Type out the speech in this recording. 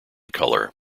color